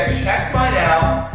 check mine out,